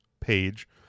page